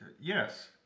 yes